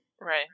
Right